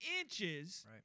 inches